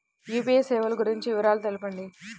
UPI సేవలు గురించి వివరాలు తెలుపండి?